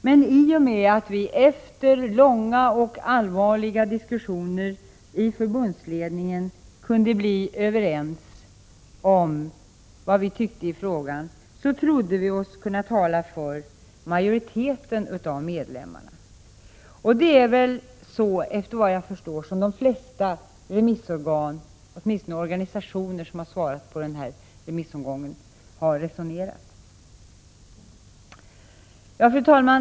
Men i och med att vi efter långa och allvarliga diskussioner i förbundsledningen kunde bli överens om vad vi tyckte i frågan, trodde vi oss kunna tala för majoriteten av medlemmarna. Och det är väl så, efter vad jag förstår, som de flesta remissorgan, åtminstone organisationer, i den här remissomgången har resonerat. Fru talman!